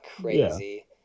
crazy